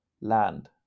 land